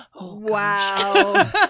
Wow